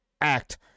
act